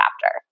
chapter